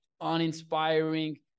uninspiring